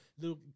Little